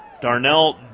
Darnell